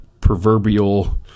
proverbial